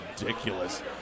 ridiculous